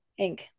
Inc